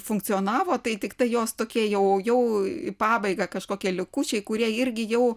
funkcionavo tai tiktai jos tokie jau jau į pabaigą kažkokie likučiai kurie irgi jau